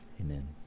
amen